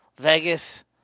Vegas